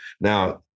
Now